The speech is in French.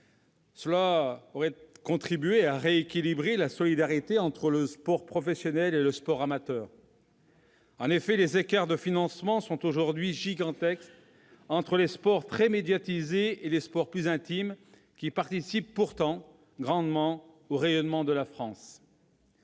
Cela aurait contribué à rééquilibrer la solidarité entre sport professionnel et sport amateur. En effet, les écarts de financements sont aujourd'hui gigantesques entre les sports très médiatisés et les sports plus « intimistes », qui participent pourtant grandement au rayonnement de la France.